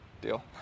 Deal